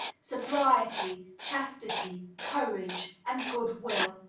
sobriety, chastity, courage, and good-will.